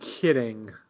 kidding